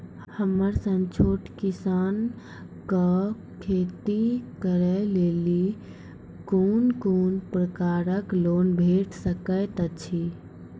हमर सन छोट किसान कअ खेती करै लेली लेल कून कून प्रकारक लोन भेट सकैत अछि?